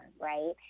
right